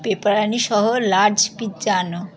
pepperoni সহ large pizza আনো